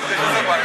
רבותינו,